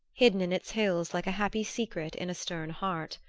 hidden in its hills like a happy secret in a stern heart.